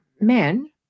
men